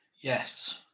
Yes